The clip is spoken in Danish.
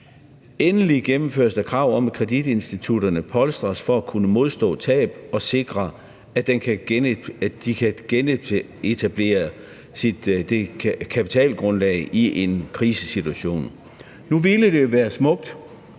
Endelig gennemføres der krav om, at kreditinstitutterne polstres for at kunne modstå tab og sikre, at de kan genetablere deres kapitalgrundlag i en krisesituation. Nu ville det være smukt,